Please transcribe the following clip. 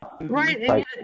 Right